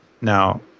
Now